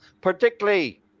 particularly